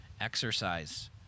exercise